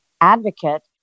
advocate